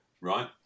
Right